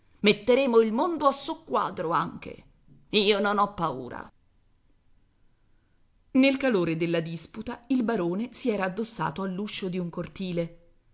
metteremo il mondo a soqquadro anche io non ho paura nel calore della disputa il barone si era addossato all'uscio di un cortile